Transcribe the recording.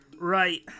Right